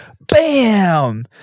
bam